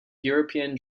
european